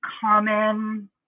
common